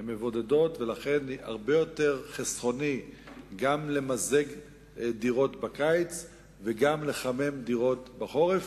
ולכן הרבה יותר חסכוני למזג דירות בקיץ וגם לחמם דירות בחורף,